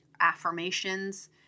affirmations